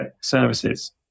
Services